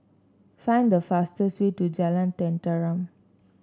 find the fastest way to Jalan Tenteram